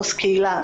עו"ס קהילה,